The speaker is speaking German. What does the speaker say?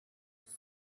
das